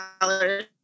dollars